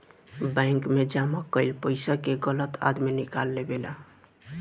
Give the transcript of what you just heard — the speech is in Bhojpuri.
बैंक मे जमा कईल पइसा के गलत आदमी निकाल लेवेला